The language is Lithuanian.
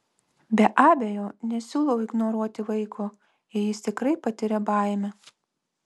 be abejo nesiūlau ignoruoti vaiko jei jis tikrai patiria baimę